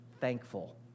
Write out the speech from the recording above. thankful